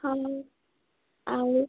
ହଁ ଆଉ